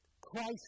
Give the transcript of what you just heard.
Christ